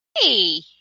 Hey